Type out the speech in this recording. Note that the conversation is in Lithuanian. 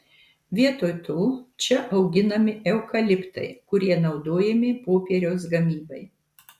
vietoj to čia auginami eukaliptai kurie naudojami popieriaus gamybai